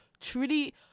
truly